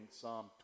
Psalm